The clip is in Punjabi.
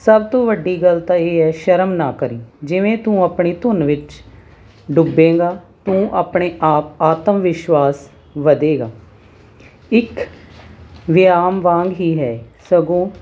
ਸਭ ਤੋਂ ਵੱਡੀ ਗੱਲ ਤਾਂ ਇਹ ਹੈ ਸ਼ਰਮ ਨਾ ਕਰੀਂ ਜਿਵੇਂ ਤੂੰ ਆਪਣੀ ਧੁਨ ਵਿੱਚ ਡੁੱਬੇਂਗਾ ਤੂੰ ਆਪਣੇ ਆਪ ਆਤਮ ਵਿਸ਼ਵਾਸ ਵਧੇਗਾ ਇੱਕ ਵਿਆਮ ਵਾਂਗ ਹੀ ਹੈ ਸਗੋਂ